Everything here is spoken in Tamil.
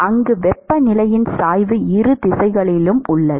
அங்கு வெப்பநிலையின் சாய்வு இரு திசைகளிலும் உள்ளது